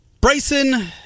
Bryson